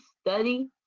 study